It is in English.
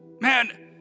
man